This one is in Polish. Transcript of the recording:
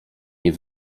nie